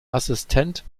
assistent